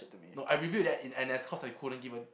no I reviewed that in N_S cause I couldn't give a